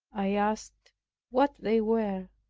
i asked what they were,